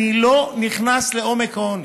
אני לא נכנס לעומק העוני.